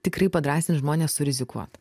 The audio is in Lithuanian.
tikrai padrąsint žmones surizikuot